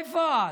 איפה את?